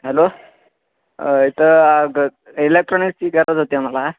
hello इथं ग इलेक्ट्रॉनिक्सची गरज होती आम्हाला